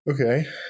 Okay